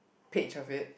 page of it